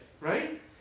right